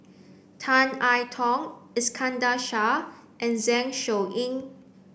Tan I Tong Iskandar Shah and Zeng Shouyin